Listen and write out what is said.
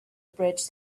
bridge